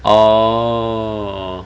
orh